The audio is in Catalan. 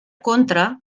contra